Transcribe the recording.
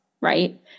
right